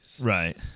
Right